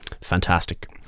fantastic